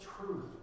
truth